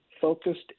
focused